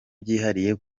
byihariye